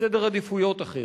וסדר עדיפויות אחר,